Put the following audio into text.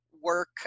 work